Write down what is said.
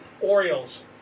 Orioles